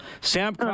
Sam